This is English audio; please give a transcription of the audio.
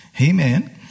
Amen